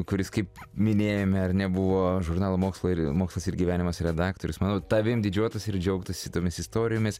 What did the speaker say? kuris kaip minėjome ar ne buvo žurnalo mokslo ir mokslas ir gyvenimas redaktorius manau tavim didžiuotųsi ir džiaugtųsi tomis istorijomis